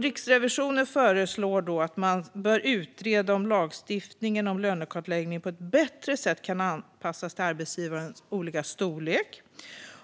Riksrevisionen föreslår därför att man ska utreda om lagstiftningen om lönekartläggning på ett bättre sätt kan anpassas till arbetsgivarnas olika storlek